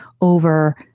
over